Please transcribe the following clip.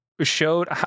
showed